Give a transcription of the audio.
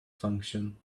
function